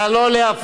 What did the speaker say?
נא לא להפריע.